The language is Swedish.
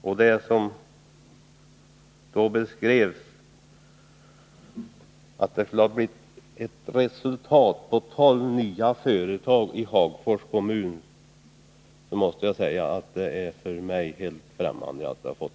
Enligt hans beskrivning skulle resultatet ha blivit att tolv nya företag etablerats i Hagfors kommun, ett resultat som är helt främmande för mig.